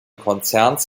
konzerns